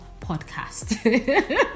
podcast